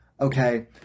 Okay